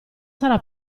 sarà